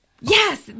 Yes